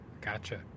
gotcha